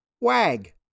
Wag